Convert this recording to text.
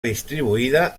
distribuïda